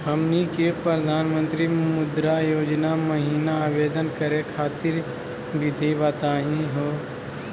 हमनी के प्रधानमंत्री मुद्रा योजना महिना आवेदन करे खातीर विधि बताही हो?